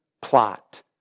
plot